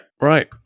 Right